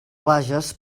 bages